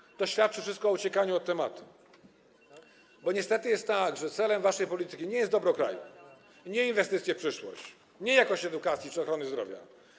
To wszystko świadczy o uciekaniu od tematu, bo niestety jest tak, że celem waszej polityki nie jest dobro kraju, nie są inwestycje w przyszłość, nie jest jakość edukacji czy ochrony zdrowia.